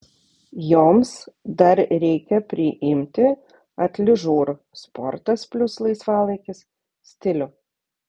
joms dar reikia priimti atližur sportas plius laisvalaikis stilių